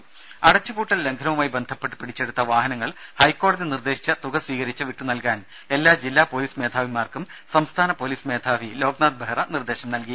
രുമ അടച്ചുപൂട്ടൽ ലംഘനവുമായി ബന്ധപ്പെട്ട് പിടിച്ചെടുത്ത വാഹനങ്ങൾ ഹൈക്കോടതി നിർദ്ദേശിച്ച തുക സ്വീകരിച്ച് വിട്ടുനൽകാൻ എല്ലാ ജില്ലാ പോലീസ് മേധാവിമാർക്കും സംസ്ഥാന പോലീസ് മേധാവി ലോക്നാഥ് ബെഹ്റ നിർദ്ദേശം നൽകി